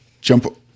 jump